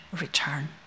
return